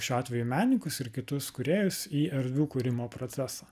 šiuo atveju menininkus ir kitus kūrėjus į erdvių kūrimo procesą